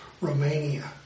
romania